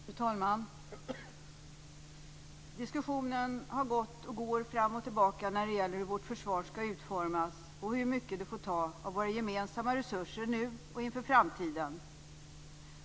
Fru talman! Diskussionen har gått fram och tillbaka när det gäller hur vårt försvar skall utformas och hur mycket det får ta av våra gemensamma resurser nu och inför framtiden.